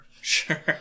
Sure